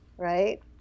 right